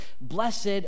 Blessed